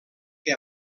que